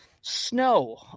snow